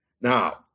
Now